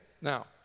Now